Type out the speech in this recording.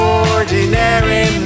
ordinary